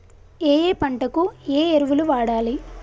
ఏయే పంటకు ఏ ఎరువులు వాడాలి?